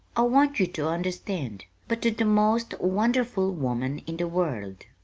i want you to understand but to the most wonderful woman in the world.